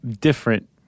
different